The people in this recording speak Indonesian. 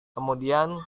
kemudian